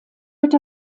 wird